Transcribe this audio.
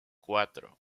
cuatro